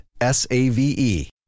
S-A-V-E